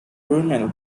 brunel